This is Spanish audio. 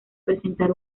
presentar